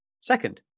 second